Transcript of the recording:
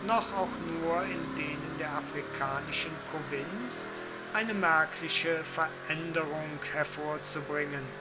noch auch nur in denen der afrikanischen provinz eine merkliche veränderung hervorzubringen